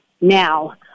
now